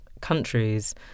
countries